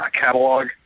catalog